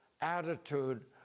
attitude